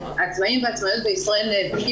העצמאים והעצמאיות נאבקים.